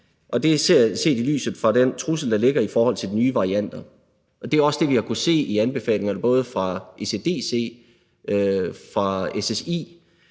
og det er set i lyset af den trussel, der ligger i forhold til de nye varianter. Det er også det, vi har kunnet se i anbefalingerne, både fra ECDC og fra